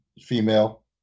female